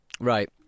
Right